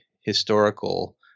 historical